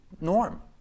norm